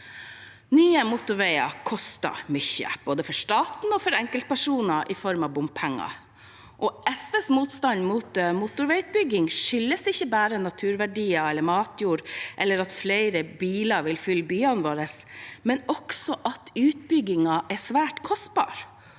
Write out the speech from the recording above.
Nye motorveier koster mye både for staten og for enkeltpersoner i form av bompenger. SVs motstand mot motorveiutbygging skyldes ikke bare at naturverdier eller matjord trues, eller at flere biler vil fylle byene våre, men også at utbyggingene er svært kostbare.